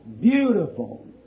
beautiful